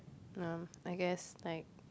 um I guess like